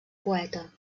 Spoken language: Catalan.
poeta